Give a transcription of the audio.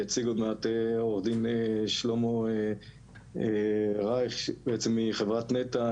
יציג עוד מעט עו"ד שלמה ששון רייךמחברת נת"ע,